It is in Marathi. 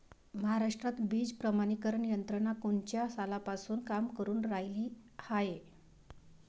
महाराष्ट्रात बीज प्रमानीकरण यंत्रना कोनच्या सालापासून काम करुन रायली हाये?